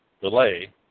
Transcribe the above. delay